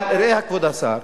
אבל ראה, כבוד השר,